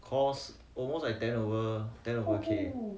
cost almost like ten over ten over K